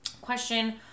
Question